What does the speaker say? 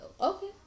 Okay